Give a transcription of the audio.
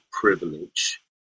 privilege